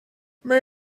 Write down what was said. may